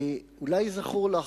אולי זכור לך,